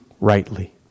rightly